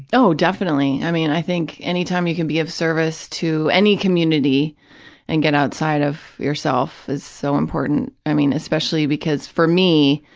oh, definitely. i mean, i think anytime you can be of service any community and get outside of yourself is so important, i mean, especially because, for me,